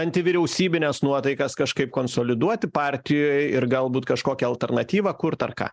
antivyriausybines nuotaikas kažkaip konsoliduoti partijoj ir galbūt kažkokią alternatyvą kurt ar ką